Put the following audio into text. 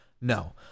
No